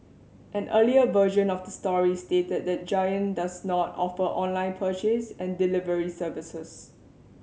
an earlier version of the story stated that Giant does not offer online purchase and delivery services